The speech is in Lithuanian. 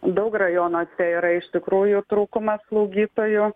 daug rajonuose yra iš tikrųjų trūkumas slaugytojų